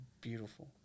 beautiful